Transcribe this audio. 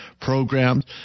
programs